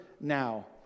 now